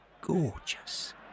gorgeous